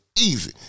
Easy